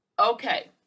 Okay